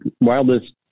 wildest